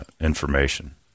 information